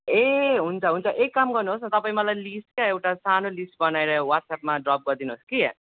ए हुन्छ हुन्छ एक काम गर्नुहोस् न तपाईँ मलाई लिस्ट क्या एउटा सानो लिस्ट बनाएर वाट्सएपमा ड्रप गरिदिनुहोस् कि